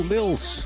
Mills